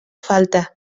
falte